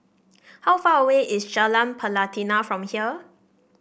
how far away is Jalan Pelatina from here